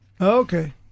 Okay